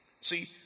See